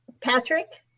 Patrick